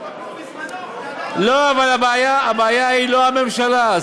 בזמנו, אבל עדיין, לא, אבל הבעיה היא לא הממשלה.